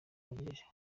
bagejeje